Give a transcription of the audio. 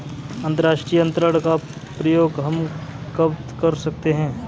अंतर्राष्ट्रीय अंतरण का प्रयोग हम कब कर सकते हैं?